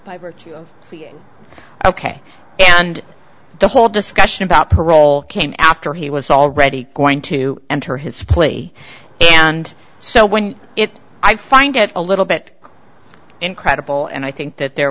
by virtue of being ok and the whole discussion about parole came after he was already going to enter his plea and so when it i find out a little bit incredible and i think that there